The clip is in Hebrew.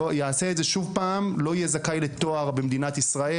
ואם יעשה את זה שוב הוא לא יהיה זכאי לתואר במדינת ישראל.